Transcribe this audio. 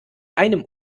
einem